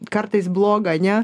kartais bloga ne